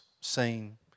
seen